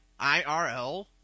IRL